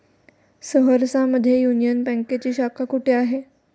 सहरसा मध्ये युनियन बँकेची शाखा कुठे आहे?